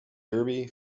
derby